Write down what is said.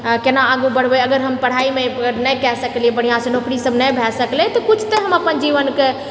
आ केना आगू बढ़बै अगर हम पढ़ाइमे नहि कए सकलिऐ बढ़िआँसँ नौकरी सब नहि भए सकलै तऽ किछु तऽ हम अपन जीवनकेँ